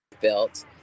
built